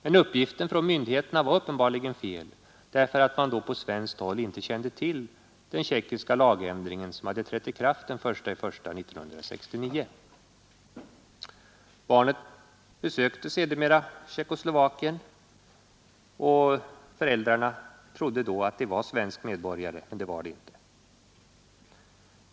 Men uppgiften från myndigheten var uppenbarligen fel, därför att man då på svenskt håll inte kände till den tjeckiska lagändring som trätt i kraft den 1 januari 1969. Barnet besökte sedermera Tjeckoslovakien och föräldrarna trodde att det var svensk medborgare, men så var inte fallet.